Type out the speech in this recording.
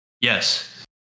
Yes